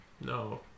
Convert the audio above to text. No